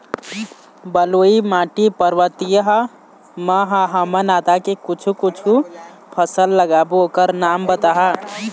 बलुई माटी पर्वतीय म ह हमन आदा के कुछू कछु फसल लगाबो ओकर नाम बताहा?